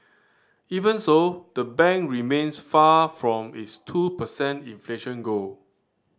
even so the bank remains far from its two per cent inflation goal